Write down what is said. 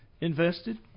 invested